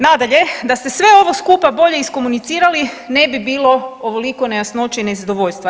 Nadalje, da ste sve ovo skupa bolje iskomunicirali ne bi bilo ovoliko nejasnoće i nezadovoljstva.